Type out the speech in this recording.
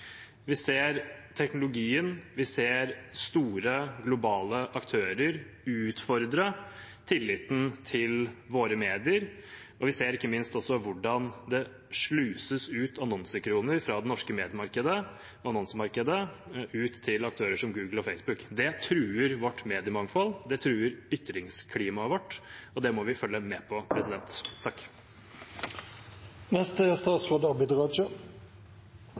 Vi ser teknologien, vi ser store globale aktører utfordre tilliten til våre medier, og vi ser ikke minst også hvordan det sluses ut annonsekroner fra det norske annonsemarkedet til aktører som Google og Facebook. Det truer vårt mediemangfold, det truer ytringsklimaet vårt, og det må vi følge med på. De siste månedene har vist med full tydelighet hvor viktig det er